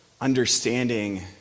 understanding